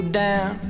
down